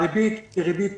הריבית היא ריבית